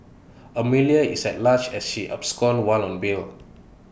Amelia is at large as she absconded while on bail